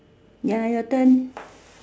ya your turn